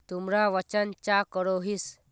तुमरा वजन चाँ करोहिस?